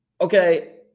okay